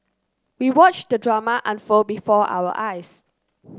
we watched the drama unfold before our eyes